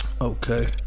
Okay